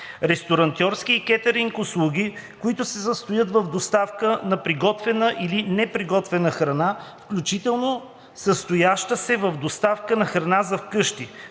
ресторантьорски и кетъринг услуги, които се състоят в доставка на приготвена или неприготвена храна, включително състояща се в доставка на храна за вкъщи;